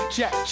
Check